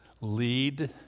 lead